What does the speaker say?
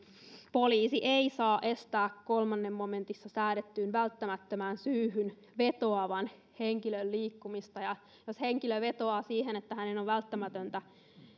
poliisi ei saa estää kolmannessa momentissa säädettyyn välttämättömään syyhyn vetoavan henkilön liikkumista jos henkilö vetoaa siihen että hänen on välttämätöntä